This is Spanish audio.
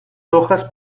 hojas